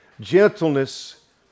gentleness